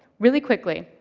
really quickly